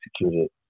executed